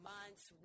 months